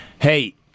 Hey